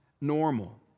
normal